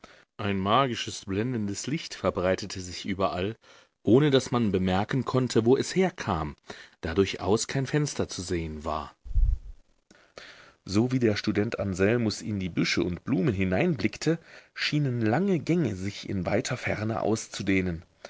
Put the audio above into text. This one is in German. ein magisches blendendes licht verbreitete sich überall ohne daß man bemerken konnte wo es herkam da durchaus kein fenster zu sehen war sowie der student anselmus in die büsche und blumen hineinblickte schienen lange gänge sich in weiter ferne auszudehnen